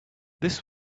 this